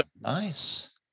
nice